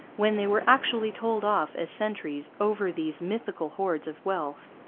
when they were actually told off as sentries over these mythical hoards of wealth.